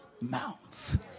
mouth